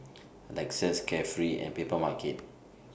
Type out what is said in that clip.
Lexus Carefree and Papermarket